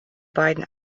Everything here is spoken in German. beiden